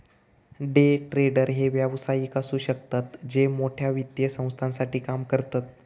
day trader हे व्यावसायिक असु शकतत जे मोठ्या वित्तीय संस्थांसाठी काम करतत